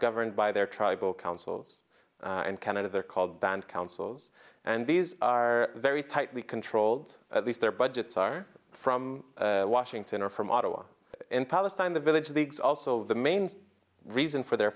governed by their tribal councils and canada they're called band councils and these are very tightly controlled at least their budgets are from washington or from ottawa in palestine the village the exhaust of the main reason for their